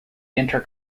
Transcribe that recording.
inter